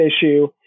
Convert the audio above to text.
issue